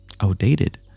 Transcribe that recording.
outdated